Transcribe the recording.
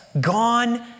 gone